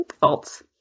faults